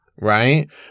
right